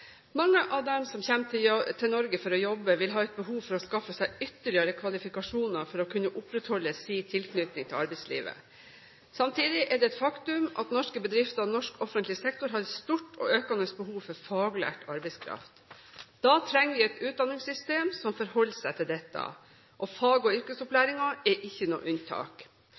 Mange av dem som kommer til Norge for å jobbe, vil ha et behov for å skaffe seg ytterligere kvalifikasjoner for å kunne opprettholde sin tilknytning til arbeidslivet. Samtidig er det et faktum at norske bedrifter og norsk offentlig sektor har et stort og økende behov for faglært arbeidskraft. Da trenger vi et utdanningssystem som forholder seg til dette, og fag- og yrkesopplæringen er ikke noe unntak.